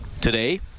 today